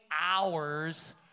hours